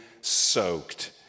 soaked